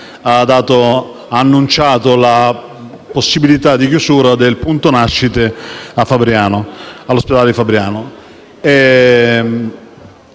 ha annunciato la possibilità di chiusura del punto nascita dell'ospedale di Fabriano.